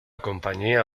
compañía